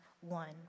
one